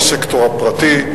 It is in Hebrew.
הסקטור הפרטי,